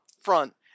front